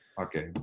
okay